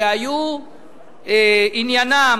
שעניינן